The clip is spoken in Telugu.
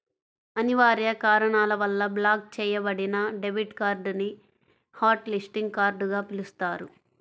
అనివార్య కారణాల వల్ల బ్లాక్ చెయ్యబడిన డెబిట్ కార్డ్ ని హాట్ లిస్టింగ్ కార్డ్ గా పిలుస్తారు